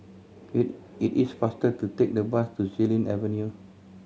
it is faster to take the bus to Xilin Avenue